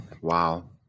wow